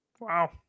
Wow